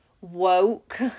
woke